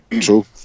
True